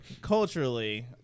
culturally